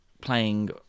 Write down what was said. playing